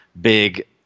big